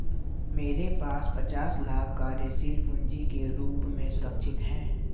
मेरे पास पचास लाख कार्यशील पूँजी के रूप में सुरक्षित हैं